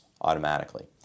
automatically